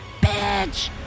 bitch